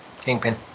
Kingpin